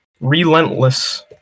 Relentless